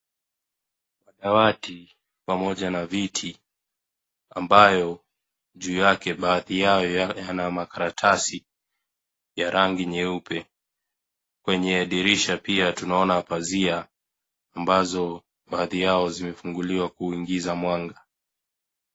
Dawati, pamoja na viti, ambayo juu yake baadhi yao yana makalatasi ya rangi nyeupe. Kwenye dirisha pia tunaona pazia ambazo baadhi yao zimefunguliwa kuingiza mwanga.